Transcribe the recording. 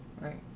right